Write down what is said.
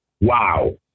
Wow